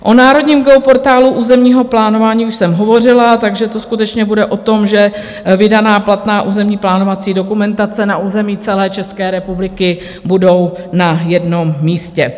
O Národním geoportálu územního plánování už jsem hovořila, takže to skutečně bude o tom, že vydaná platná územní plánovací dokumentace na území celé České republiky bude na jednom místě.